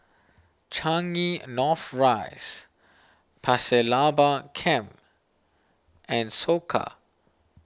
Changi North Rise Pasir Laba Camp and Soka